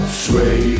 sway